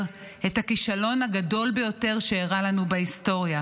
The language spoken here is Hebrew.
את הכישלון הגדול ביותר שאירע לנו בהיסטוריה?